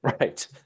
Right